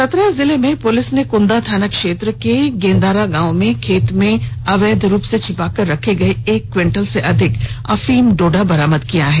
चतरा जिले में पुलिस ने कंदा थाना क्षेत्र के गेंदारा गांव में खेत में अवैघ रूप से छिपाकर रखे गए एक क्विंटल से अधिक अफीम डोडा बरामद किया है